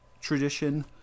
tradition